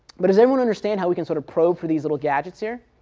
but does everyone understand how we can sort of probe for these little gadgets here?